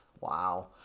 Wow